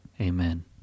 Amen